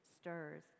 stirs